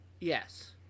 yes